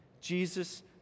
Jesus